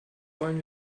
rollen